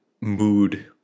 mood